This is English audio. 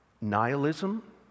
nihilism